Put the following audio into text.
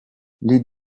les